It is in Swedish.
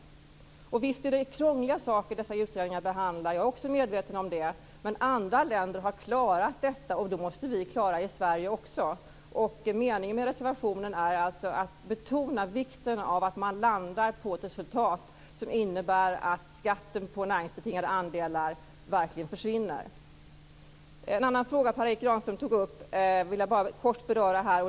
Visst är det krångliga saker som dessa utredningar behandlar. Jag är också medveten om det. Men andra länder har klarat detta, och då måste vi klara det i Sverige också. Meningen med reservationen är alltså att betona vikten av att man landar på ett resultat som innebär att skatten på näringsbetingade andelar verkligen försvinner. En annan fråga som Per Erik Granström tog upp vill jag bara kort beröra här.